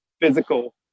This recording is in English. physical